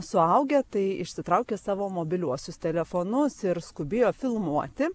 suaugę tai išsitraukė savo mobiliuosius telefonus ir skubėjo filmuoti